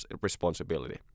responsibility